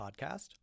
podcast